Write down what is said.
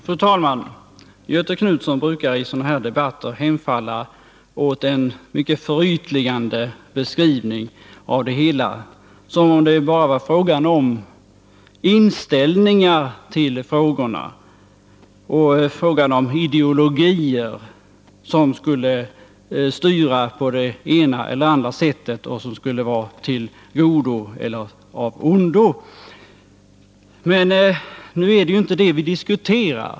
Fru talman! Göthe Knutson brukar i sådana här debatter hemfalla åt en mycket förytligande beskrivning, som om det bara var fråga om inställningen till frågorna, som om det var ideologierna som styrde på det ena eller andra sättet och som skulle vara av godo eller av ondo. Nu är det inte det vi diskuterar.